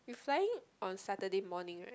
you flying on Saturday morning right